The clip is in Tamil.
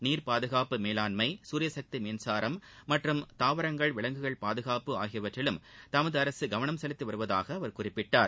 நீர் பாதுகாப்பு மேலாண்மை சூரியசக்தி மின்சாரம் மற்றும் தாவரங்கள் விலங்குகள் பாதுகாப்பு ஆகியவற்றிலும் தமது அரசு கவனம் செலுத்தி வருவதாக அவர் குறிப்பிட்டார்